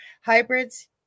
hybrids